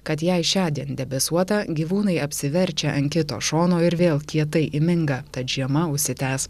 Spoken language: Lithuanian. kad jei šiądien debesuota gyvūnai apsiverčia ant kito šono ir vėl kietai įminga tad žiema užsitęs